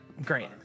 Great